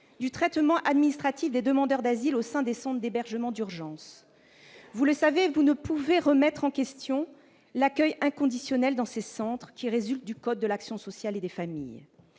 du traitement administratif des demandeurs d'asile au sein des centres d'hébergement. Le Gouvernement ne peut remettre en cause l'accueil inconditionnel dans ces centres, qui résulte du code de l'action sociale et des familles.